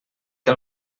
què